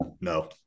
no